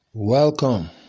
Welcome